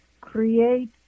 create